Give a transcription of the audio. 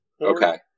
Okay